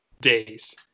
days